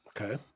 Okay